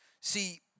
See